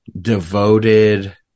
devoted